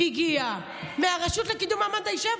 זה הגיע מהרשות לקידום מעמד האישה,